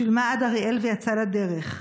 שילמה עד אריאל ויצאה לדרך.